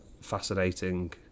fascinating